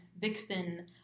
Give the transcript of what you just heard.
vixen